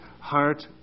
heart